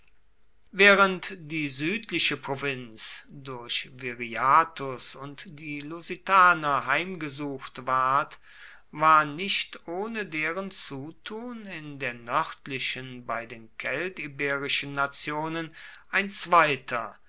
während die südliche provinz durch viriathus und die lusitaner heimgesucht ward war nicht ohne deren zutun in der nördlichen bei den keltiberischen nationen ein zweiter